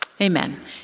Amen